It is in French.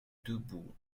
debout